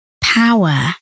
power